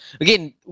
again